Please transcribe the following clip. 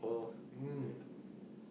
mm